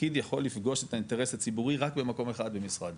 פקיד יכול לפגוש את האינטרס הציבורי רק במקום אחד במשרד,